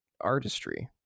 artistry